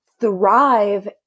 thrive